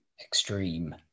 extreme